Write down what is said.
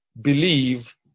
believe